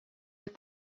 with